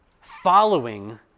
following